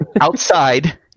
Outside